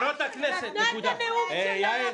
נתנה את הנאום שלה.